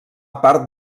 part